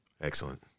Excellent